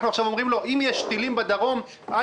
עכשיו אנחנו אומרים לו: אם יש טילים בדרום אז